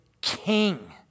king